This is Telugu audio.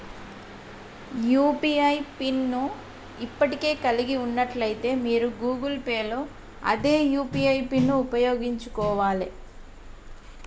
యూ.పీ.ఐ పిన్ ను ఇప్పటికే కలిగి ఉన్నట్లయితే మీరు గూగుల్ పే లో అదే యూ.పీ.ఐ పిన్ను ఉపయోగించుకోవాలే